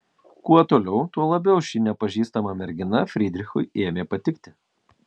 kuo toliau tuo labiau ši nepažįstama mergina frydrichui ėmė patikti